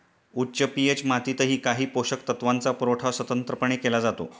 उच्च पी.एच मातीतही काही पोषक तत्वांचा पुरवठा स्वतंत्रपणे केला जातो